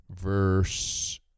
verse